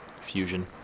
Fusion